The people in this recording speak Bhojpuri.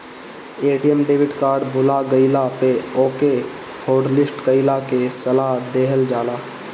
ए.टी.एम डेबिट कार्ड भूला गईला पे ओके हॉटलिस्ट कईला के सलाह देहल जाला